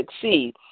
succeed